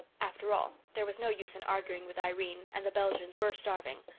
after all, there was no use in arguing with irene, and the belgians were starving.